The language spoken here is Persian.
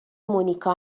مونیکا